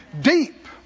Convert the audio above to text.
Deep